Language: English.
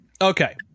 Okay